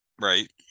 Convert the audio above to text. right